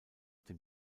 dem